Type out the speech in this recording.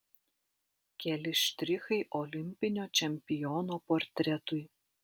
keli štrichai olimpinio čempiono portretui